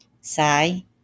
Sai